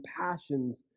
passions